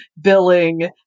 billing